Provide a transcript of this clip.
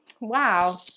Wow